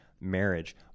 marriage